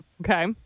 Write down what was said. okay